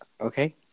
okay